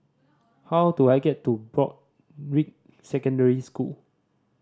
how do I get to Broadrick Secondary School